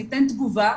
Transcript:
אני אתן תגובה',